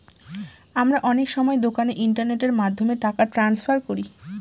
আমরা অনেক সময় দোকানে ইন্টারনেটের মাধ্যমে টাকা ট্রান্সফার করি